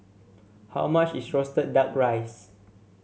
how much is roasted duck rice